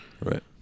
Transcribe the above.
Right